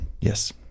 yes